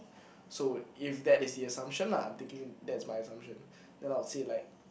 so if that is the assumption lah I'm thinking that is my assumption then I will say like